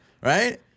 right